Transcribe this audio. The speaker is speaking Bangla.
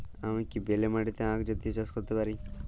আমি কি বেলে মাটিতে আক জাতীয় চাষ করতে পারি?